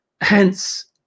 Hence